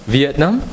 Vietnam